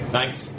Thanks